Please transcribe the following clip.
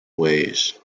ways